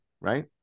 Right